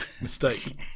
mistake